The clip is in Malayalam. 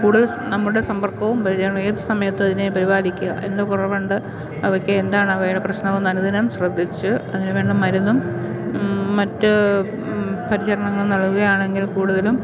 കൂടുതൽ നമ്മുടെ സമ്പർക്കവും പരിചരണവും ഏതു സമയത്ത് അതിനെ പരിപാലിക്കുക എന്ത് കുറവുണ്ട് അവയ്ക്ക് എന്താണ് അവയുടെ പ്രശ്നമെന്ന് അനുദിനം ശ്രദ്ധിച്ച് അതിനുവേണ്ട മരുന്നും മറ്റ് പരിചരണങ്ങൾ നൽകുകയാണെങ്കിൽ കൂടുതലും